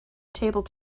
table